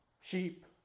sheep